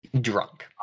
Drunk